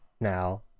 now